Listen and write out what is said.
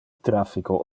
traffico